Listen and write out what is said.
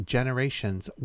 Generations